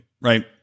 right